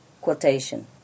quotation